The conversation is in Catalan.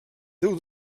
déu